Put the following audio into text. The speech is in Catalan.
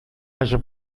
haja